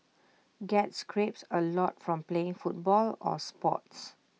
get scrapes A lot from playing football or sports